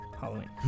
Halloween